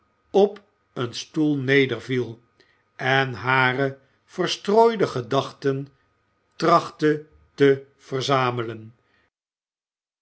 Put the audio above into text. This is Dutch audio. op een stoel nederviel en hare verstrooide gedachten trachtte te verzamelen